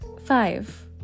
five